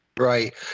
Right